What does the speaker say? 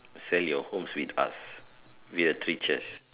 sell your hose with us we are creatures